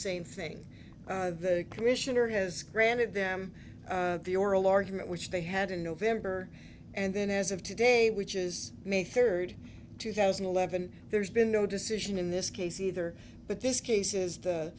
same thing the commissioner has granted them the oral argument which they had in november and then as of today which is may third two thousand and eleven there's been no decision in this case either but this case is the